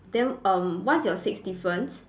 then um what's your six difference